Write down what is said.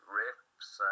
riffs